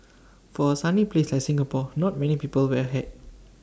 for A sunny place like Singapore not many people wear A hat